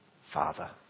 father